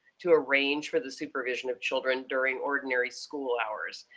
to arrange for the supervision of children during ordinary school hours.